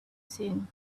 seen